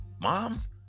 Moms